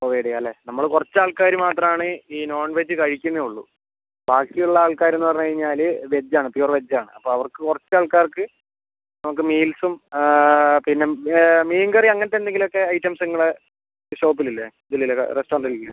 provide ചെയ്യാം അല്ലേ നമ്മൾ കുറച്ച് ആൾക്കാർ മാത്രം ആണ് ഈ നോൺ വെജ് കഴിക്കുന്നത് ഉള്ളൂ ബാക്കിയുള്ള ആൾക്കാരെന്ന് പറഞ്ഞ് കഴിഞ്ഞാൽ വെജ് ആണ് പ്യുവർ വെജ് ആണ് അപ്പം അവർക്ക് കുറച്ച് ആൾക്കാർക്ക് നമുക്ക് മീൽസും പിന്നെ മീൻകറി അങ്ങനത്തെ എന്തെങ്കിലും ഒക്കെ ഐറ്റംസ് ഇങ്ങള ഷോപ്പിൽ ഇല്ലേ ഇതിൽ ഇല്ലേ റെസ്റ്റോറന്റിൽ ഇല്ലേ